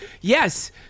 Yes